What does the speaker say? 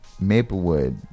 Maplewood